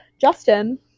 Justin